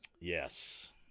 Yes